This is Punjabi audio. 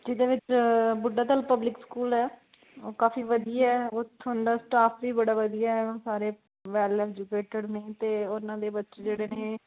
ਜਿਹਦੇ ਵਿੱਚ ਬੁੱਢਾ ਦਲ ਪਬਲਿਕ ਸਕੂਲ ਹੈ ਉਹ ਕਾਫ਼ੀ ਵਧੀਆ ਹੈ ਉੱਥੋਂ ਦਾ ਸਟਾਫ ਵੀ ਬੜਾ ਵਧੀਆ ਹੈ ਸਾਰੇ ਵੈੱਲ ਐਜੂਕੇਟਿਡ ਨੇ ਅਤੇ ਉਹਨਾਂ ਦੇ ਬੱਚੇ ਜਿਹੜੇ ਨੇ